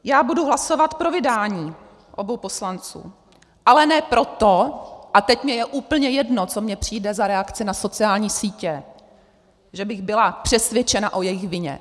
Já budu hlasovat pro vydání obou poslanců, ale ne proto a teď mně je úplně jedno, co mně přijde za reakci na sociální sítě , že bych byla přesvědčena o jejich vině.